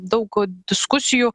daug diskusijų